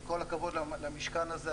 עם כל הכבוד למשכן הזה,